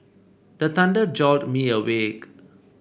the thunder jolt me awake